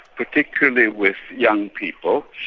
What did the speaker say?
particularly with young people,